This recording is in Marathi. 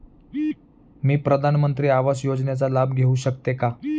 मी प्रधानमंत्री आवास योजनेचा लाभ घेऊ शकते का?